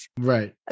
Right